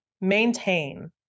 maintain